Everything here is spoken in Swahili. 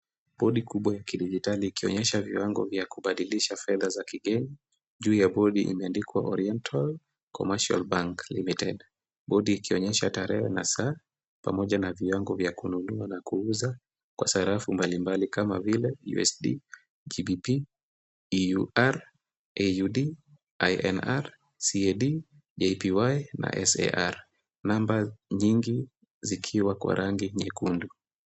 Bodi kubwa ya kidijitali ikionyesha viwango vya kubadilisha fedha za kigeni, juu ya bodi imeandikwa Oriental Commercial Bank Limited. Bodi ikionyesha tarehe na saa, pamoja na viwango vya kununua na kuuza, kwa sarafu mbalimbali kama vile USD, GBP, EUR, AUD, INR, CAD, JPY , na SAR . namba nyingi, zikiwa kwa rangi nyekundu.